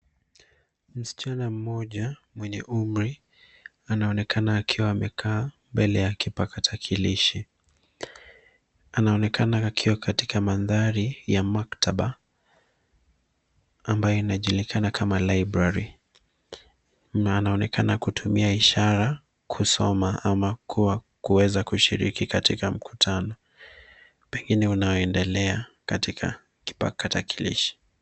Msichana mmoja mwenye umri anaonekana akiwa amekaa mbele ya kipakatalishi. Anaonekana akiwa katika mandhari ya maktaba ambayo inajulikana kama library na anaonekana kutumia ishara kusoma ama kwa kuweza kushiriki katika mkutano, pengine unaoendelea katika kipakatalishi.